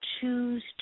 choose